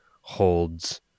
holds